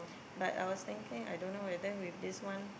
but I was thinking I don't know whether with this one